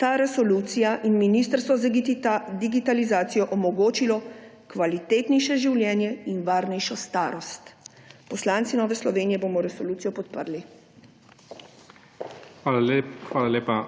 ta resolucija in Ministrstvo za digitalizacijo omogočila kvalitetnejše življenje in varnejšo starost. Poslanci Nove Slovenije bomo resolucijo podprli. PREDSEDNIK IGOR ZORČIČ: Hvala lepa.